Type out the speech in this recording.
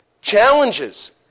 challenges